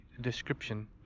description